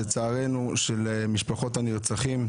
זה צערנו של משפחות הנרצחים: